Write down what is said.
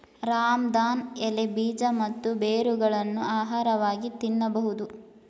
ರಾಮದಾನ್ ಎಲೆ, ಬೀಜ ಮತ್ತು ಬೇರುಗಳನ್ನು ಆಹಾರವಾಗಿ ತಿನ್ನಬೋದು